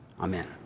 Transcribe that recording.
Amen